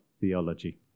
theology